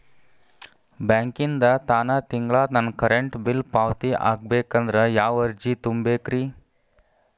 ಬ್ಯಾಂಕಿಂದ ತಾನ ತಿಂಗಳಾ ನನ್ನ ಕರೆಂಟ್ ಬಿಲ್ ಪಾವತಿ ಆಗ್ಬೇಕಂದ್ರ ಯಾವ ಅರ್ಜಿ ತುಂಬೇಕ್ರಿ?